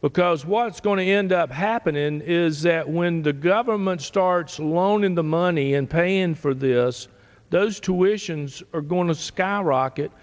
because what's going to end up happening in is that when the government starts loaning the money and paying for this those tuitions are going to skyrocket